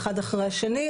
אחד אחרי השני,